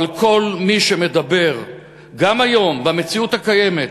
אבל כל מי שמדבר, גם היום, במציאות הקיימת,